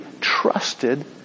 trusted